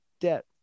debt